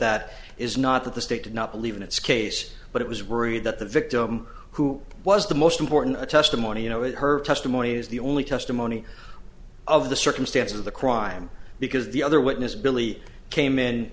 that is not that the state did not believe in its case but it was worried that the victim who was the most important testimony you know of her testimony is the only testimony of the circumstances of the crime because the other witness billie came in